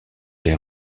les